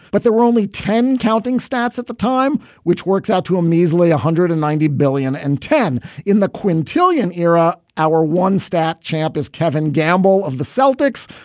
but there were only ten counting stats at the time, which works out to a measly one ah hundred and ninety billion and ten in the quintillion era. our one stat champ is kevin gamble. of the celltex,